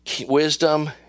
wisdom